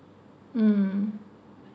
mm